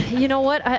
you know what, ah